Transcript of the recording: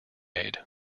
aid